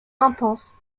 intense